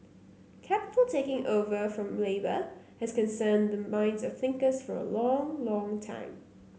capital taking over from labour has concerned the minds of thinkers for a long long time